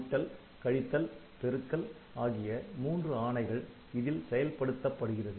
கூட்டல் கழித்தல் பெருக்கல் ஆகிய மூன்று ஆணைகள் இதில் செயல்படுத்தப்படுகிறது